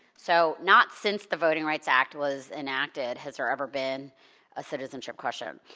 so, not since the voting rights act was enacted has there ever been a citizenship question.